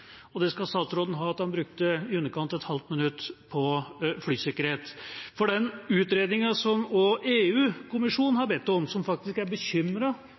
skal ha for at han brukte i underkant av et halvt minutt på flysikkerhet. Den utredninga som også EU-kommisjonen, som faktisk er bekymret for utviklinga i luftfarten, har bedt om, og som er